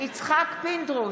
יצחק פינדרוס,